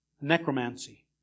Necromancy